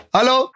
Hello